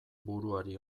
buruari